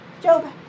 Job